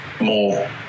more